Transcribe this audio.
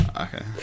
Okay